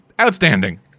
outstanding